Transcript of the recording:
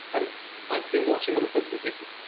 and i'd been watching little bits and pieces.